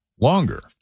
longer